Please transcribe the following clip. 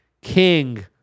king